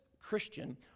Christian